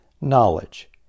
knowledge